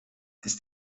ist